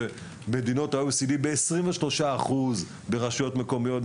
כאשר מדינות ה-OECD ב-23% ברשויות מקומיות,